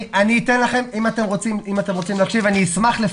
אם אתם רוצים להקשיב, אני אשמח לפרט.